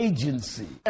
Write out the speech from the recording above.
Agency